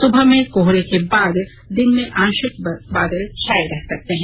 सुबह में कोहरे के बाद दिन में आंशिक बादल छाए रह सकते हैं